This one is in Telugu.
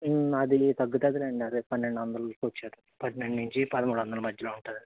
అది లే తగ్గుతుంది లేండి అది పన్నెండు వందలకు వచ్చేస్తుంది పన్నెండు నుంచి పదమూడు వందల మధ్యలో ఉంటాదది